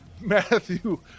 Matthew